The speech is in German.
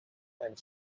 einen